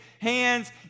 hands